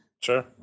sure